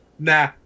Nah